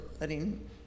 letting